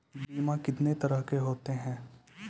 बीमा कितने तरह के होते हैं?